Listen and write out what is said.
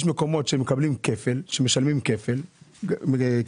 בגלל שיש מקומות שמשלמים כפל מיסוי.